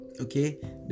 Okay